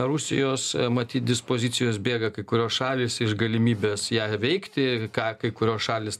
rusijos matyt dispozicijos bėga kai kurios šalys galimybės ją veikti ką kai kurios šalys